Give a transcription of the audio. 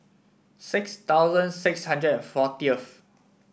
six thousand six hundred and fortieth